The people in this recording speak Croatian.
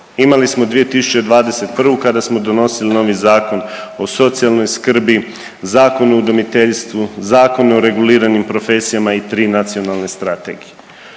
Imali smo 2021. kada smo donosili novi Zakon o socijalnoj skrbi, Zakon o udomiteljstvu, Zakon o reguliranim profesijama i 3 nacionalne strategije.